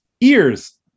Ears